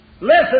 Listen